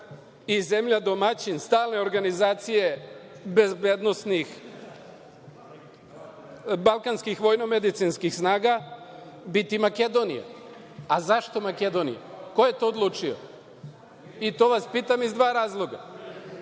i zemlja domaćin Stalne organizacije balkanskih vojno-medicinskih snaga biti Makedonija. A zašto Makedonija? Ko je to odlučio? To vas pitam iz dva razloga.